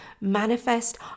manifest